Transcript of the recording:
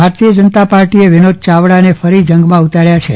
ભારતીય જનતા પાર્ટીએ વિનોદ ચાવડાને ફરી જંગમાં ઉતાર્યા છે